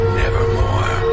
nevermore